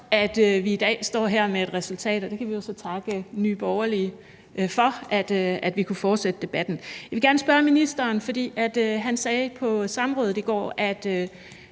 at vi i dag står her med et resultat, og det kan vi så takke Nye Borgerlige for, altså at vi kunne fortsætte debatten. Ministeren sagde på samrådet i går, at